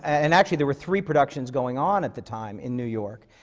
and actually, there were three productions going on at the time in new york.